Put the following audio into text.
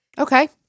Okay